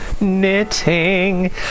Knitting